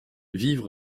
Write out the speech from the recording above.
vivre